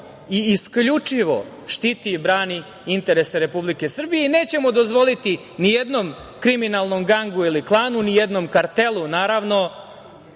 i isključivo štiti i brani interese Republike Srbije. Nećemo dozvoliti ni jednom kriminalnom gangu ili klanu, ni jednom kartelu, naravno,